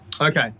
Okay